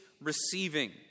receiving